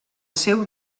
seu